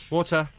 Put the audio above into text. Water